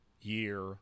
year